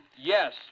Yes